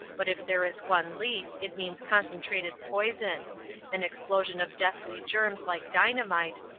but if there is one leak it means concentrated poison an explosion of deathly germs like dynamite,